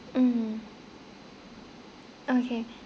mm okay